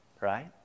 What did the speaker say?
Right